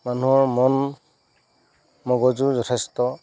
মানুহৰ মন মগজু যথেষ্ট